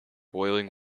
boiling